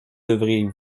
devrez